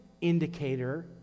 indicator